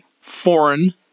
foreign